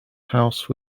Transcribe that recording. house